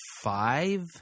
Five